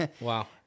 Wow